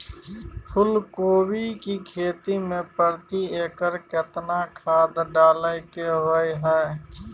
फूलकोबी की खेती मे प्रति एकर केतना खाद डालय के होय हय?